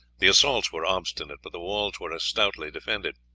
the assaults were obstinate, but the walls were as stoutly defended.